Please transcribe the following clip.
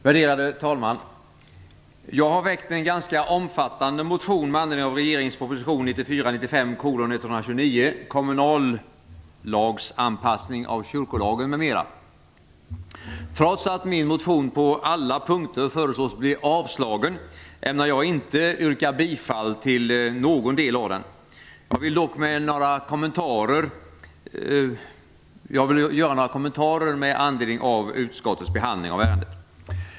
Värderade talman! Jag har väckt en ganska omfattande motion med anledning av regeringens proposition 1994/95:129 Kommunallagsanpassning av kyrkolagen m.m. Trots att min motion på alla punkter föreslås bli avslagen, ämnar jag inte yrka bifall till någon del av den. Jag vill dock göra några kommentarer med anledning av utskottets behandling av ärendet.